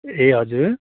ए हजुर